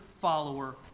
follower